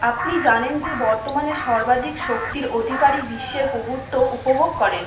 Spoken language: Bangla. আপনি জানেন যে বর্তমানে সর্বাধিক শক্তির অধিকারীই বিশ্বের প্রভুত্ব উপভোগ করেন